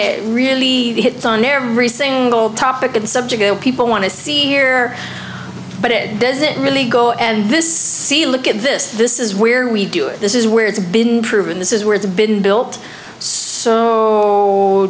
it really hits on every single topic and subject people want to see here but it doesn't really go and this look at this this is where we do it this is where it's been proven this is where it's been built so